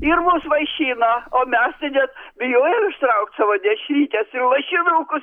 ir mus vaišino o mes tai net bijojom ištraukt savo dešrytes ir lašinukus